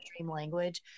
language